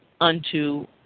unto